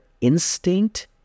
instinct